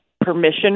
permission